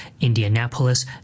Indianapolis